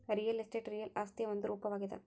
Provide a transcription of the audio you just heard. real estate real ಆಸ್ತಿಯ ಒಂದು ರೂಪವಾಗ್ಯಾದ